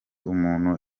umuntu